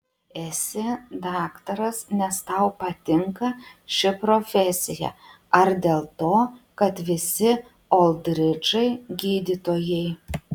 esi daktaras nes tau patinka ši profesija ar dėl to kad visi oldridžai gydytojai